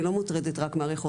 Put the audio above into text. אני לא מוטרדת רק מהריחות,